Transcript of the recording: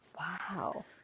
Wow